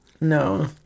no